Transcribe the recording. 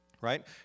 right